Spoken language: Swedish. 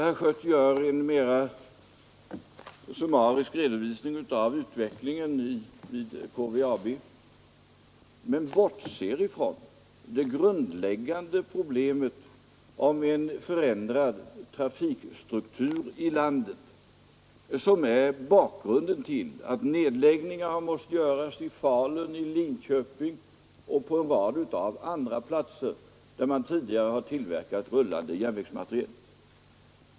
Han gör en mera summarisk redovisning av utvecklingen vid KVAB men bortser från det grundläggande problemet, en förändrad trafikstruktur i vårt land, vilken är bakgrunden till att nedläggningar har måst göras i Falun, i Linköping och på en rad andra platser, där man tidigare har tillverkat rullande järnvägsmateriel.